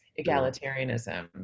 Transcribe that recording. egalitarianism